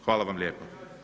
Hvala vam lijepa.